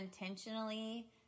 intentionally